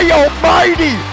almighty